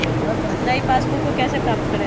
नई पासबुक को कैसे प्राप्त करें?